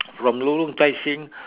from lorong tai seng